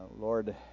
Lord